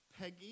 Peggy